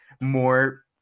more